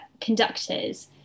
conductors